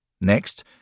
Next